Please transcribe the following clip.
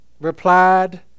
replied